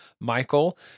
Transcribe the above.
Michael